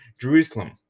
Jerusalem